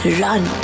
run